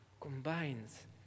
combines